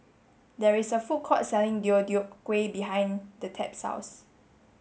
there is a food court selling Deodeok Gui behind the Tab's house